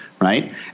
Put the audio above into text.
right